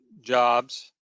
jobs